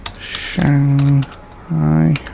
Shanghai